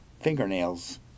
fingernails